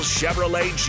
Chevrolet